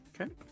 Okay